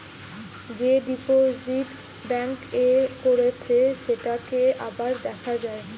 যে deposit bank এ করেছে সেটাকে আবার দেখা যায়